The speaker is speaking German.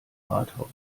rathaus